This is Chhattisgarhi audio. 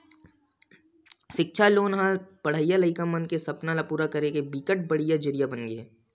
सिक्छा लोन ह पड़हइया लइका मन के सपना ल पूरा करे के बिकट बड़का जरिया बनगे हे